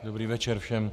Dobrý večer všem.